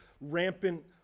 rampant